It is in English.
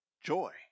Joy